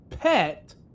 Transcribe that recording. pet